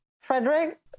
frederick